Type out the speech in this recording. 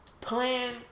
plan